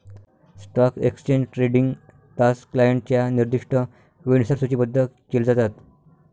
stock exchange trading तास क्लायंटच्या निर्दिष्ट वेळेनुसार सूचीबद्ध केले जातात